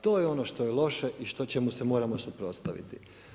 To je ono što je loše, i što čemu se moramo suprotstaviti.